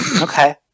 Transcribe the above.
Okay